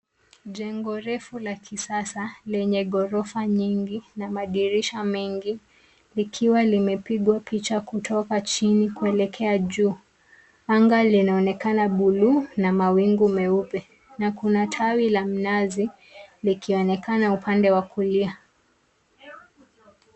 Jengo refu la kisasa lenye ghorofa nyingi na madirisha mengi likiwa lime pigwa picha kutoka chini kuelekea juu. Anga linaonekana bluu na mawingu meupe na kuna tawi la mnazi likionekana upande wa kulia.